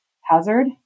hazard